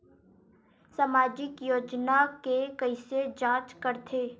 सामाजिक योजना के कइसे जांच करथे?